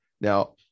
Now